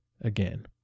again